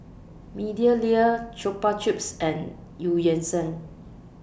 Meadowlea Chupa Chups and EU Yan Sang